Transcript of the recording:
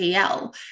PL